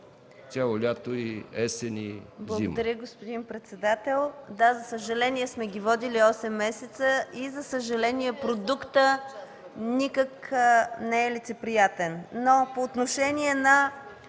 цяло лято, есен и зима.